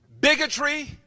bigotry